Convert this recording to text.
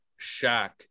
Shaq